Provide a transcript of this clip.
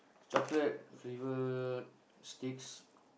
chocolate flavoured sticks